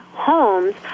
homes